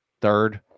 third